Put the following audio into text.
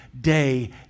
day